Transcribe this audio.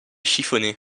chiffonnet